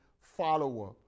follower